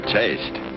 taste